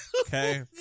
Okay